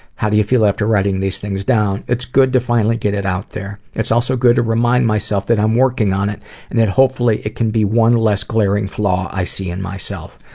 how do you feel after writing these things down? it's good to finally get it out there. it's also good to remind myself that i'm working on it and that hopefully it can be one less glaring flaw i see in myself.